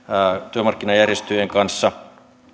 työmarkkinajärjestöjen kanssa